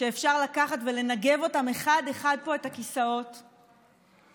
שאפשר לקחת ולנגב איתם אחד-אחד את הכיסאות פה,